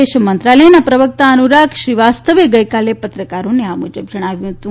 વિદેશ મંત્રાલયનાં પ્રવક્તા અનુરાગ શ્રી વાસ્તવે ગઈકાલે પત્રકારોને આ મુજબ જણાવ્યું હતું